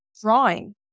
drawing